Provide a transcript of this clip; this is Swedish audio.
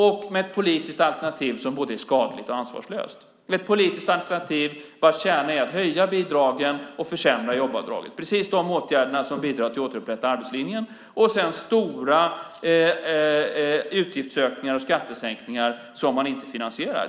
Och han ger ett politiskt alternativ som är både skadligt och ansvarslöst, ett politiskt alternativ vars kärna är att höja bidragen och försämra jobbavdragen - precis de åtgärder som bidrar till att återupprätta arbetslinjen - och sedan stora utgiftsökningar och skattesänkningar som man inte finansierar.